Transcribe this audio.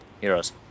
heroes